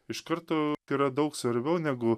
iš karto yra daug svarbiau negu